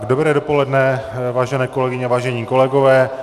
Dobré dopoledne, vážené kolegyně, vážení kolegové.